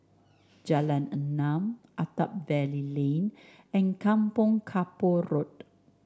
Jalan Enam Attap Valley Lane and Kampong Kapor Road